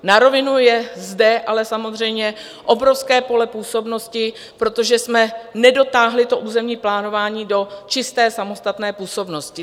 Na rovinu, je zde ale samozřejmě obrovské pole působnosti, protože jsme nedotáhli územní plánování do čisté samostatné působnosti.